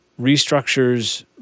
restructures